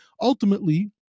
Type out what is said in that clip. ultimately